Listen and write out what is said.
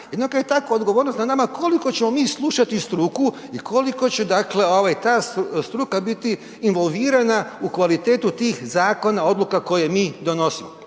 Jednako tako ako je odgovornost na nama koliko ćemo mi slušati struku i koliko će dakle, ovaj ta struka biti involvirana u kvalitetu tih zakona, odluka koje mi donosimo?